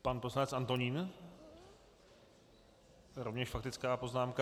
Pan poslanec Antonín, rovněž faktická poznámka.